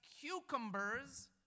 cucumbers